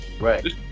Right